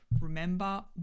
remember